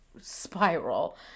spiral